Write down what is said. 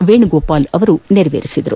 ವೇಣುಗೋಪಾಲ್ ನೆರವೇರಿಸಿದರು